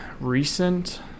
recent